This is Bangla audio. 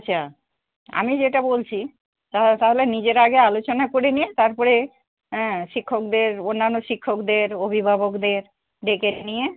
আচ্ছা আমি যেটা বলছি তা তাহলে নিজের আগে আলোচনা করে নিয়ে তারপরে হ্যাঁ শিক্ষকদের অন্যান্য শিক্ষকদের অভিভাবকদের ডেকে নিয়ে